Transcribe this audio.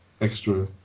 extra